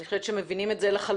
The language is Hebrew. אני חושבת שהם מבינים את זה לחלוטין.